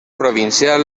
provincial